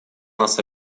нас